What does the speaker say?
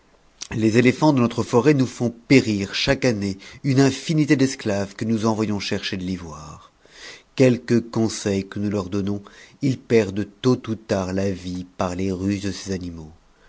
les éléphants de notre forêt nous font périr chaque année une mr nité d'esclaves que nous envoyons chercher de l'ivoire quelques consens que nous leur donnions ils perdent tôt ou tard la vie par les ruses de ces animaux